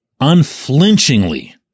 unflinchingly